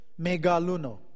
Megaluno